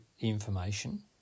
information